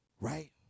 right